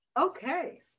Okay